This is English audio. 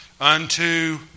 unto